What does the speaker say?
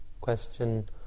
question